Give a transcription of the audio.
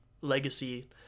legacy